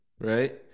right